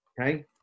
okay